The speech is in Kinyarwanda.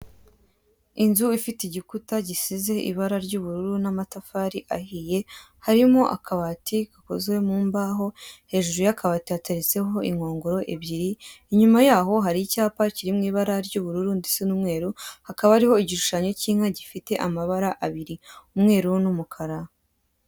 Inzu ifite igikuta gisize ibara ry'ubururu n'amatafari ahiye, harimo akabati gakozwe mu mbaho, hejuru y'akabati hateretseho inkongoro ebyiri, inyuma yaho hari icyapa kiri mw'ibara ry'ubururu ndetse n'umweru, hakaba hariho igishushanyo cy'inka gifite amabara abiri, umweru ndetse n'umukara.